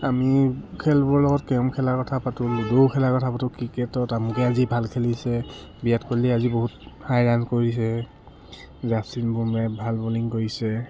আমি খেলবোৰৰ লগত কেৰম খেলাৰ কথা পাতোঁ লুডুও খেলাৰ কথা পাতোঁ ক্ৰিকেটত আমুকে আজি ভাল খেলিছে বিৰাট কোহলিয়ে আজি বহুত ৰান কৰিছে জাছি বোম্ৰাই ভাল বলিং কৰিছে